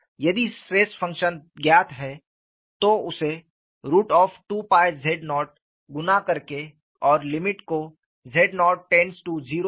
यदि stress function ज्ञात है तो उसे 2z0 गुणा करें और लिमिट को z0 0 रखे